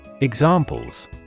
Examples